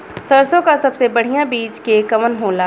सरसों क सबसे बढ़िया बिज के कवन होला?